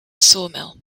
sawmill